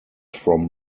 from